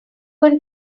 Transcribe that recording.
can